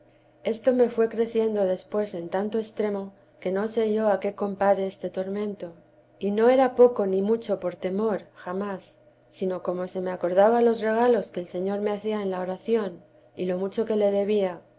esto me fué creciendo después en tanto extremo que no sé yo a qué compare este tormento y no era poco ni mucho por temor jamás sino como se me acordaba los regalos que el señor me hacía en la oración y lo mucho que le debía